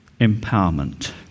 empowerment